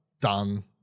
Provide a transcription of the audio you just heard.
done